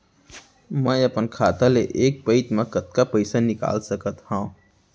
मैं अपन खाता ले एक पइत मा कतका पइसा निकाल सकत हव?